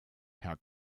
herr